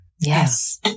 Yes